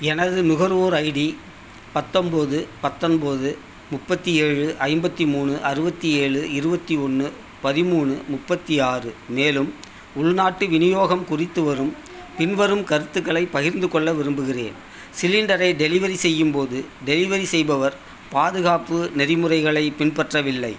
எனது நுகர்வோர் ஐடி பத்தொம்பது பத்தொம்பது முப்பத்து ஏழு ஐம்பத்து மூணு அறுபத்தி ஏழு இருபத்தி ஒன்று பதிமூணு முப்பத்து ஆறு மேலும் உள்நாட்டு விநியோகம் குறித்து வரும் பின்வரும் கருத்துக்களைப் பகிர்ந்து கொள்ள விரும்புகிறேன் சிலிண்டரை டெலிவரி செய்யும் போது டெலிவரி செய்பவர் பாதுகாப்பு நெறிமுறைகளைப் பின்பற்றவில்லை